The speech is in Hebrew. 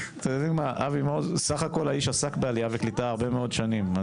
אבי מעוז עסק בעלייה וקליטה הרבה מאוד שנים.